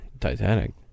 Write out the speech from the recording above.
Titanic